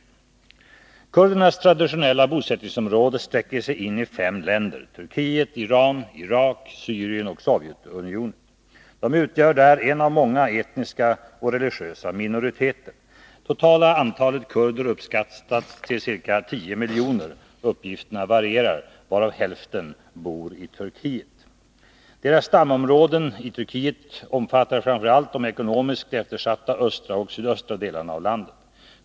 Kurdernas traditionella .bosättningsområde sträcker sig in i fem länder: Turkiet, Iran, Irak, Syrien och Sovjetunionen. De utgör där en av många etniska och religiösa minoriteter. Det totala antalet kurder uppskattas till ca 10 miljoner — uppgifterna varierar — varav ungefär hälften bor i Turkiet. Deras stamområden i Turkiet omfattar framför allt de ekonomiskt eftersatta östra och sydöstra delarna av landet.